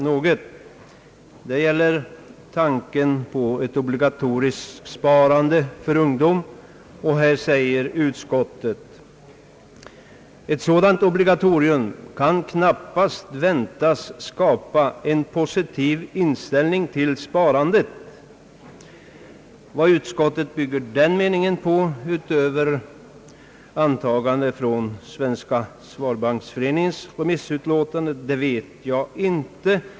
När det gäller tanken på ett obligatoriskt lönsparande säger utskottet: »Ett sådant obligatorium kan knappast väntas skapa en positiv inställning till sparandet.» Vad utskottet bygger den meningen på — utöver ett antagande från Svenska bankföreningen i dess remissutlåtande — vet jag inte.